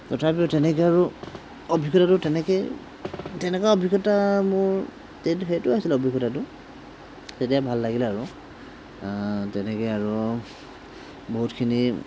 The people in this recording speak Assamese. তথাপিও তেনেকৈ আৰু অভিজ্ঞতাটো তেনেকেই তেনেকুৱা অভিজ্ঞতা মোৰ তে সেইটোৱে আছিল অভিজ্ঞতাটো তেতিয়া ভাল লাগিলে আৰু তেনেকেই আৰু বহুতখিনি